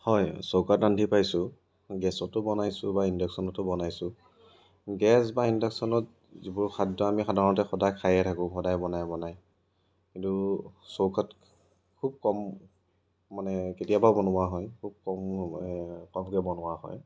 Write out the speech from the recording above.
হয় চৌকাত ৰান্ধি পাইছোঁ গেছতো বনাইছোঁ বা ইণ্ডাকচনতো বনাইছোঁ গেছ বা ইণ্ডাকচনত যিবোৰ খাদ্য আমি সাধাৰণতে সদায় খায়ে থাকোঁ সদায় বনাই বনাই কিন্তু চৌকাত খুব কম মানে কেতিয়াবা বনোৱা হয় খুব কম কমকৈ বনোৱা হয়